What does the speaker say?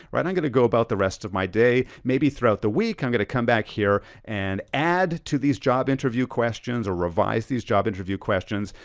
i'm gonna go about the rest of my day maybe throughout the week, i'm gonna come back here and add to these job interview questions or revise these job interview questions.